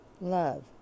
love